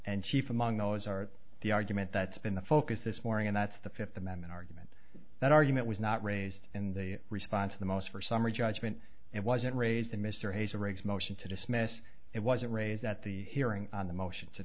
and chief among those are the argument that's been the focus this morning and that's the fifth amendment argument that argument was not raised in the response the most for summary judgment it wasn't raised in mr hayes the regs motion to dismiss it wasn't raised at the hearing on the motion to